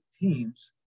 teams